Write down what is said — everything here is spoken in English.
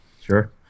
sure